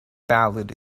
ballad